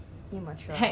有 pass 给那个